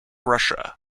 russia